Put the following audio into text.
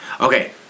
Okay